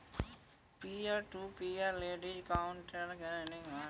peer to peer lending crowd lending के जेना भी जानल जाइत छै